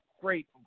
great